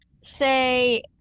say